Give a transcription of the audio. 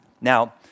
Now